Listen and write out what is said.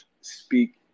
speak